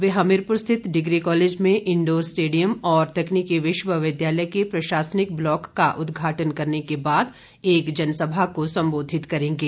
वे हमीरपुर स्थित degree college में indoor stadium और तकनीकी विश्वविद्यालय के प्रशासनिक ब्लॉक का उदघाटन करने के बाद एक जनसभा को संबोधित करेंगे